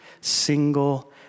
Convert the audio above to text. single